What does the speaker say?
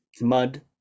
mud